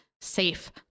safe